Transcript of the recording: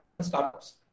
startups